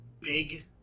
big